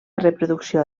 reproducció